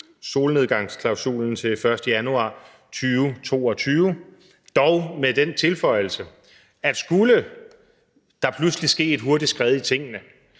solnedgangsklausulen til den 1. januar 2022, dog med den tilføjelse, at skulle der ske et hurtigt skred i tingene,